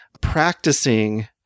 practicing